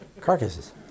carcasses